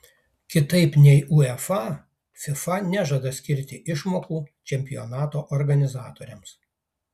kitaip nei uefa fifa nežada skirti išmokų čempionato organizatoriams